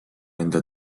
enda